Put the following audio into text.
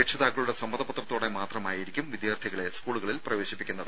രക്ഷിതാക്കളുടെ സമ്മതപത്രത്തോടെ മാത്രമായിരിക്കും വിദ്യാർഥികളെ സ്കൂളിൽ പ്രവേശിപ്പിക്കുന്നത്